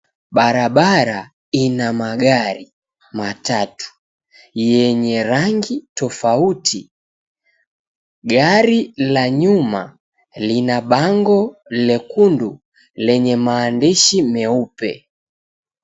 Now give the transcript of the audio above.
Barabara ina magari matatu yenye rangi tofauti. Gari la nyuma lina bango nyekundu lenye maandishi meupe.